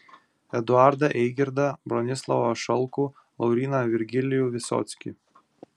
eduardą eigirdą bronislovą šalkų lauryną virgilijų visockį